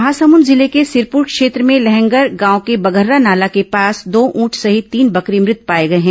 महासमुंद जिले के सिरपुर क्षेत्र में लहंगर गांव के बघर्रा नाला के पास दो ऊंट सहित तीन बकरी मृत पाए गए हैं